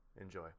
Enjoy